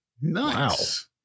Nice